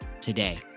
today